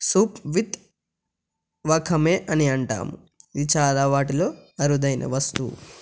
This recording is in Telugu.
సూప్ విత్ వకమే అని అంటాము ఇది చాలా వాటిలో అరుదైన వస్తువు